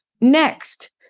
next